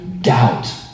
doubt